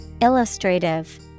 Illustrative